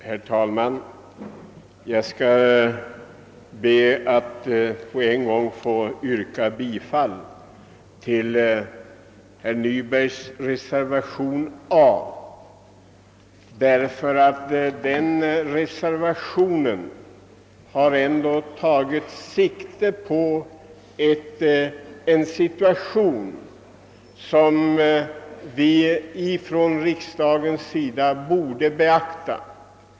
Herr talman! Jag ber att omedelbart få yrka bifall till herr Nybergs reservation vid punkten A, eftersom den har tagit sikte på den situation som riksdagen borde beakta.